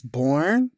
born